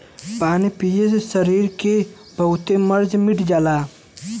पानी पिए से सरीर के बहुते मर्ज मिट जाला